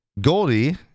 Goldie